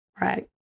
Right